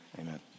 amen